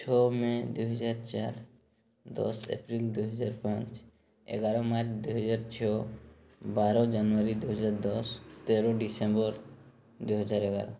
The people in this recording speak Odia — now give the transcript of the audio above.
ଛଅ ମେ ଦୁଇ ହଜାର ଚାରି ଦଶ ଏପ୍ରିଲ୍ ଦୁଇ ହଜାର ପାଞ୍ଚ ଏଗାର ମାର୍ଚ୍ଚ ଦୁଇ ହଜାର ଛଅ ବାର ଜାନୁଆରୀ ଦୁଇ ହଜାର ଦଶ ତେର ଡିସେମ୍ବର୍ ଦୁଇ ହଜାର ଏଗାର